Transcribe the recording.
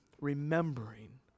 remembering